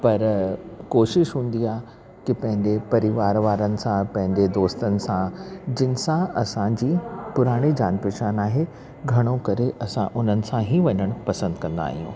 पर कोशिशि हूंदी आ की पंहिंजे परिवार वारनि सां पंहिंजे दोस्तनि सां जिन सां असांजी पुराणी जान पहचान आहे घणो करे असां उन्हनि सां ई वञणु पसंदि कंदा आहियूं